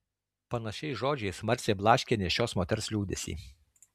panašiais žodžiais marcė blaškė nėščios moters liūdesį